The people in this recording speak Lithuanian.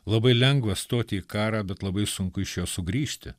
labai lengva stoti į karą bet labai sunku iš jo sugrįžti